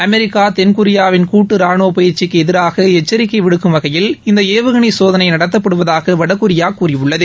America தென்கொரியா வின் கூட்டு ராணுவ பயிற்சிக்கு எதிராக எச்சரிக்கை விடுக்கும் வகையில் இந்த ஏவுகணை சோதனை நடத்தப்படுவதாக வடகொரியா கூறியுள்ளது